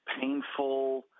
painful